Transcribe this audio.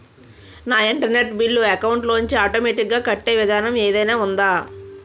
నా internet bill account లోంచి automatic గా కట్టే విధానం ఏదైనా ఉందా?